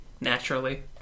naturally